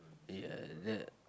ya that